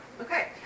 Okay